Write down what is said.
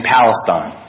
Palestine